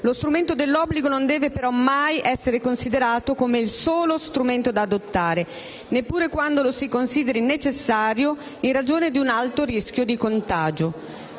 Lo strumento dell'obbligo non deve, però, mai essere considerato come il solo strumento da adottare, neppure quando lo si consideri necessario in ragione di un alto rischio di contagio.